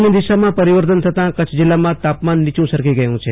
પવનની દિશામાં પરિવર્તન થતાં કચ્છ જિલ્લામાં તાપમાન નીચું સરકી ગયું છે